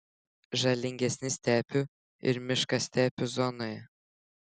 žalingesni stepių ir miškastepių zonoje